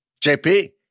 JP